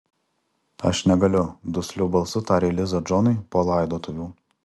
aš negaliu dusliu balsu tarė liza džonui po laidotuvių